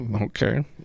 Okay